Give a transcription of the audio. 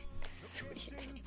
Sweet